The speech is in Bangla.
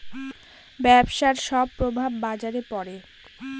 ব্যবসার সব প্রভাব বাজারে পড়ে